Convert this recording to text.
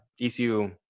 ECU